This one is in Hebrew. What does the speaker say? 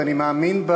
ואני מאמין,